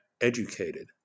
educated